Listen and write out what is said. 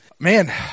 Man